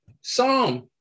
Psalm